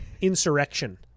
Insurrection